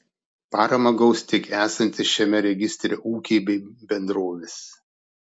paramą gaus tik esantys šiame registre ūkiai bei bendrovės